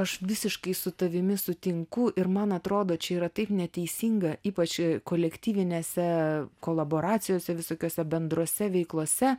aš visiškai su tavimi sutinku ir man atrodo čia yra taip neteisinga ypač kolektyvinėse kolaboracijose visokiose bendrose veiklose